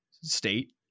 state